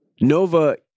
Nova